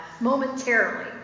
momentarily